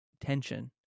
tension